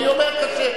אני אומר כשר.